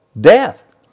Death